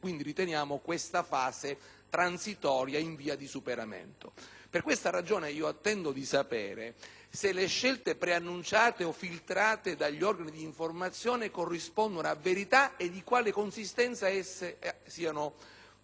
quindi, riteniamo questa fase transitoria e in via di superamento. Per questa ragione, attendo di sapere se le scelte preannunciate o filtrate dagli organi d'informazione corrispondano a verità e di quale consistenza esse siano. Infatti,